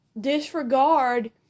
Disregard